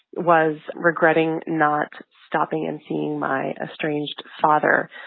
was regretting not stopping and seeing my estranged father.